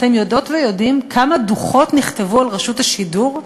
אתם יודעות ויודעים כמה דוחות נכתבו על רשות השידור?